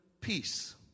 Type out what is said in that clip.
peace